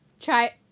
try